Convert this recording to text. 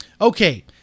Okay